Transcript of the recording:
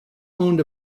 owned